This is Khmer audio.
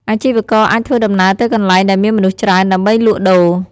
អាជីវករអាចធ្វើដំណើរទៅកន្លែងដែលមានមនុស្សច្រើន ដើម្បីលក់ដូរ។